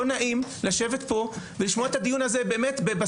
לא נעים לשבת כאן ולשמוע את הדיון הזה ב-סקייפ.